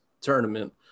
tournament